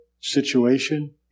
situation